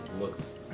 looks